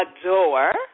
adore